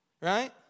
right